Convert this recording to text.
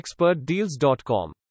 expertdeals.com